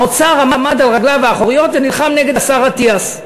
האוצר עמד על רגליו האחוריות ונלחם בשר אטיאס.